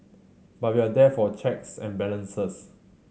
but we are there for checks and balances